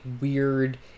weird